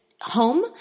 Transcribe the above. home